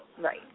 right